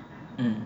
mm